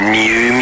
new